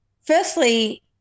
firstly